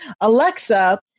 Alexa